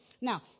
Now